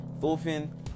Thorfinn